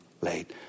late